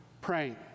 praying